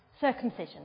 Circumcision